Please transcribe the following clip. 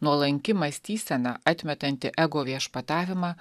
nuolanki mąstysena atmetanti ego viešpatavimą